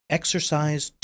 Exercise